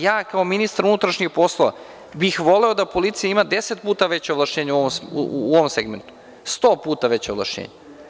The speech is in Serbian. Ja bih, kao ministar unutrašnjih poslova, voleo da policija ima deset puta veća ovlašćenja u ovom segmentu, sto puta veća ovlašćenja.